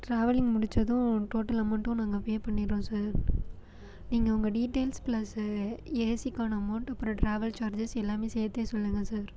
travelling முடித்ததும் total அமௌண்ட்டும் நாங்கள் பே பண்ணிடறோம் சார் நீங்கள் உங்கள் டீட்டெய்ல்ஸ் பிளஸ் ஏசிக்கான அமௌண்டு அப்புறம் டிராவல் சார்ஜஸ் எல்லாமே சேர்த்தே சொல்லுங்கள் சார்